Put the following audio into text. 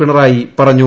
പിണറായി പറഞ്ഞു